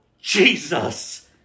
Jesus